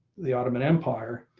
the ottoman empire.